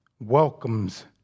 welcomes